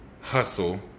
Hustle